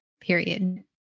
period